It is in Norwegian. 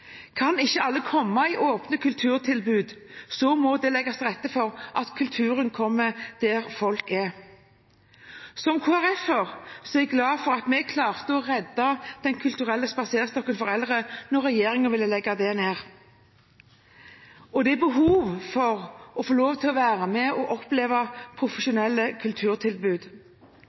Kan ikke alle komme til åpne kulturtilbud, må det legges til rette for at kulturen kommer dit folk er. Som KrF-er er jeg glad for at vi klarte å redde Den kulturelle spaserstokken for eldre, som regjeringen ville legge ned. En har behov for å få være med og oppleve profesjonelle kulturtilbud.